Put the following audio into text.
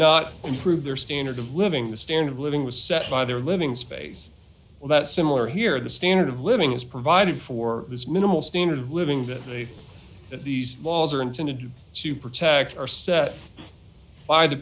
not improve their standard of living the standard of living was set by their living space that similar here the standard of living is provided for those minimal standard of living that they that these laws are intended to protect our set by the